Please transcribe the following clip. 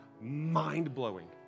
mind-blowing